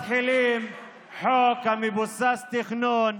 מתחילים חוק מבוסס תכנון.